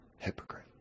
hypocrite